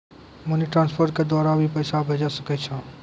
Money transfer के द्वारा भी पैसा भेजै सकै छौ?